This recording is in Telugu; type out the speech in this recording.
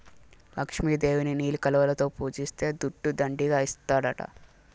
లక్ష్మి దేవిని నీలి కలువలలో పూజిస్తే దుడ్డు దండిగా ఇస్తాడట